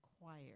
required